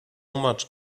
much